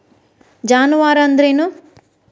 ಜಾನುವಾರು ಅಂದ್ರೇನು?